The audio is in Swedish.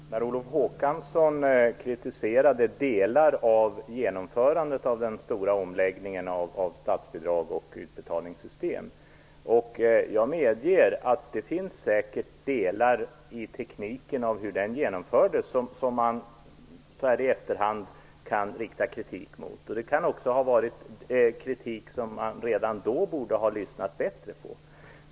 Herr talman! Per Olof Håkansson kritiserade delar av genomförandet av den stora omläggningen av statsbidrag och utbetalningssystem. Jag medger att det säkert finns delar av tekniken för hur den genomfördes som man så här i efterhand kan rikta kritik mot. Det kan även ha varit kritik, som man redan då borde ha lyssnat bättre på.